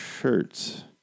shirts